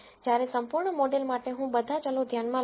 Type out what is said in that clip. જ્યારે સંપૂર્ણ મોડેલ માટે હું બધા ચલો ધ્યાનમાં લઈશ